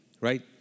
right